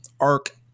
arc